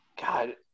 God